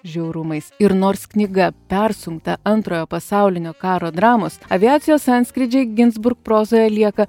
žiaurumais ir nors knyga persunkta antrojo pasaulinio karo dramos aviacijos antskrydžiai ginzburg prozoje lieka